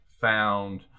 found